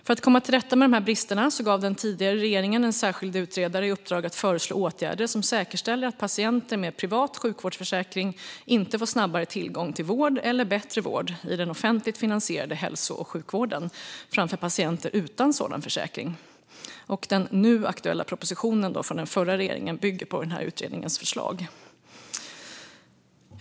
För att komma till rätta med dessa brister gav den tidigare regeringen en särskild utredare i uppdrag att föreslå åtgärder som säkerställer att patienter med privat sjukvårdsförsäkring inte får snabbare tillgång till vård eller bättre vård i den offentligt finansierade hälso och sjukvården jämfört med patienter utan sådan försäkring. Den nu aktuella propositionen från den förra regeringen bygger på utredningens förslag.